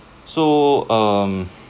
so um